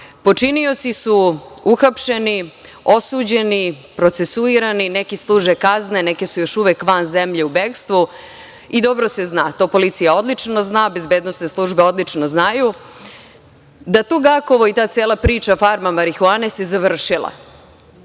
Počinioci su uhapšeni, osuđeni, procesuirani, neki služe kazne, neki su još uvek van zemlje u bekstvu i dobro se zna, to policija odlično zna, bezbednosne službe odlučno znaju da tu Gakovo i ta cela priča farma marihuane se završila. Završena